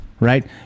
Right